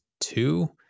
two